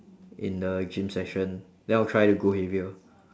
in the gym session then I'll try to go heavier